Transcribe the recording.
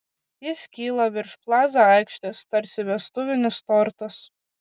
jis kyla virš plaza aikštės tarsi vestuvinis tortas